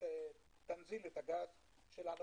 תנזיל את הגז שלנו,